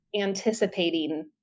anticipating